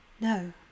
No